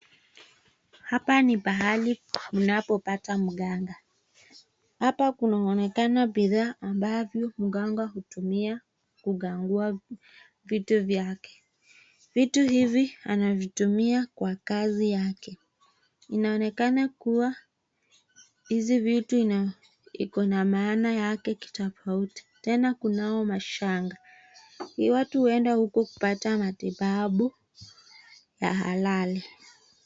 Hapa ni pahali mnapo pata mganga. Hapa kunaonekana bidhaa ambavyo mganga hutumia kugangua vitu vyake. Vitu hivi anavitumia kwa kazi yake. Inaonekana kua hizi vitu iko na maana yake kitofauti. Tena kunao mashanga. Ni watu wengi huenda huku kupata matibabu ya halali.